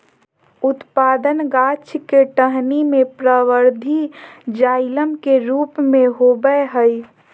उत्पादन गाछ के टहनी में परवर्धी जाइलम के रूप में होबय हइ